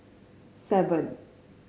seven